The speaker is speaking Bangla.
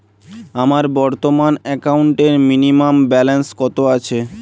আমার বর্তমান একাউন্টে মিনিমাম ব্যালেন্স কত আছে?